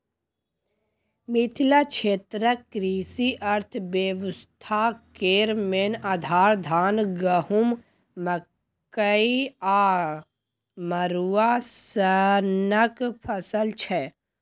मिथिला क्षेत्रक कृषि अर्थबेबस्था केर मेन आधार, धान, गहुँम, मकइ आ मरुआ सनक फसल छै